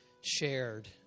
shared